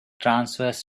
transverse